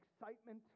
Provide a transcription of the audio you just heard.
excitement